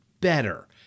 better